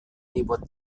dibuat